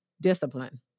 discipline